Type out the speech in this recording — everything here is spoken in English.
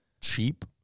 cheap